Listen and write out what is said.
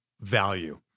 value